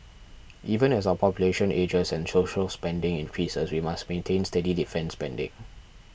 even as our population ages and social spending increases we must maintain steady defence spending